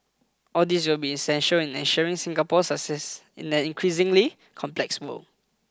all these will be essential in ensuring Singapore's success in an increasingly complex world